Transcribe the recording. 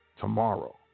tomorrow